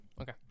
Okay